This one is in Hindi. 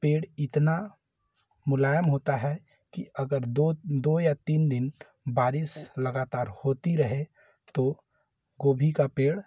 पेड़ इतना मुलायम होता है कि अगर दो दो या तीन दिन बारिश लगातार होती रहे तो गोभी का पेड़